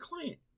client